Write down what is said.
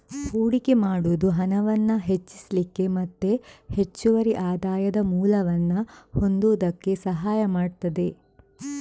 ಹೂಡಿಕೆ ಮಾಡುದು ಹಣವನ್ನ ಹೆಚ್ಚಿಸ್ಲಿಕ್ಕೆ ಮತ್ತೆ ಹೆಚ್ಚುವರಿ ಆದಾಯದ ಮೂಲವನ್ನ ಹೊಂದುದಕ್ಕೆ ಸಹಾಯ ಮಾಡ್ತದೆ